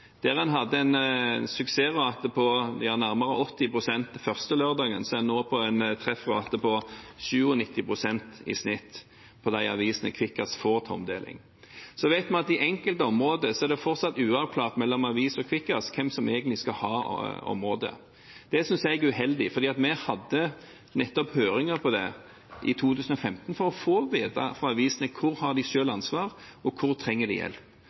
Der en hadde en suksessrate på nærmere 80 pst. den første lørdagen, er det nå en treffrate på 97 pst. i snitt på de avisene Kvikkas får til omdeling. Vi vet at i enkelte områder er det fortsatt uavklart mellom avis og Kvikkas hvem som egentlig skal ha området. Det synes jeg er uheldig, fordi vi nettopp hadde høringer om dette, i 2015, for å få vite fra avisene hvor de selv har ansvar, og hvor de trenger hjelp. Vi har åpenbart ikke fått gode nok svar, og